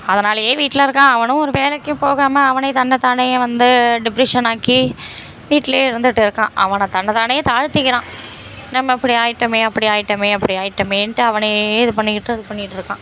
அதனாலேயே வீட்டில் இருக்கான் அவனும் ஒரு வேலைக்கும் போகாமல் அவனே தன்னத்தானை வந்து டிப்ரஷன் ஆக்கி வீட்டிலையே இருந்துட்டு இருக்கான் அவனை தன்னத்தானை தாழ்த்திக்கிறான் நம்ம அப்படி ஆகிட்டோமே அப்படி ஆகிட்டோமே அப்படி ஆகிட்டோமேன்ட்டு அவனையே இது பண்ணிக்கிட்டு இது பண்ணிட்டுருக்கான்